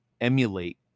emulate